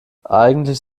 eigentlich